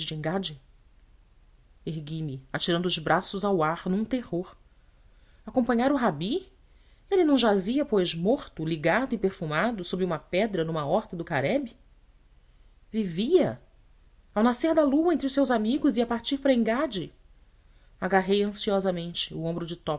engada ergui-me atirando os braços ao ar num terror acompanhar o rabi ele não jazia pois morto ligado e perfumado sob uma pedra numa horta do garebe vivia ao nascer da lua entre os seus amigos ia partir para engada agarrei ansiosamente o ombro de